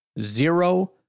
Zero